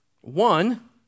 One